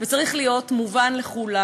וצריך להיות מובן לכולם